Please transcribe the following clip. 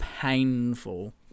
painful